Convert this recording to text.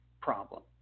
problem